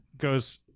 goes